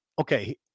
Okay